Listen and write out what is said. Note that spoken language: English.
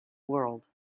world